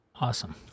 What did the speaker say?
Awesome